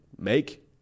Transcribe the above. make